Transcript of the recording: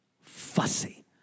Fussy